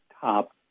top